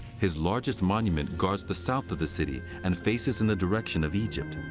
his largest monument guards the south of the city and faces in the direction of egypt.